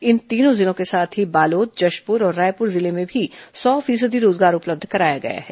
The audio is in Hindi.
इन तीनों जिलों के साथ ही बालोद जशपूर और रायपूर जिले में भी सौ फीसदी रोजगार उपलब्ध कराया गया है